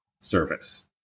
service